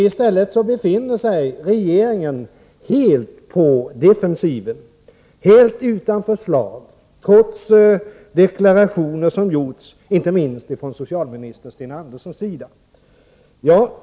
I stället befinner sig regeringen helt på defensiven, helt utan förslag, trots deklarationer som gjorts inte minst från socialminister Sten Anderssons sida.